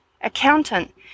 accountant